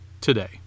today